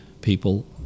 people